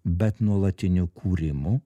bet nuolatiniu kūrimu